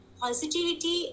positivity